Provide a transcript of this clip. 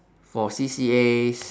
for C_C_As